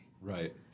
right